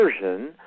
version